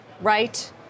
right